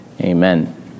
Amen